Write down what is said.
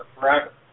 forever